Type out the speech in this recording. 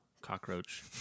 cockroach